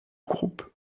groupe